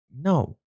No